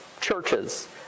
churches